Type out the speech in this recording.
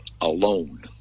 alone